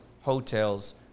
hotels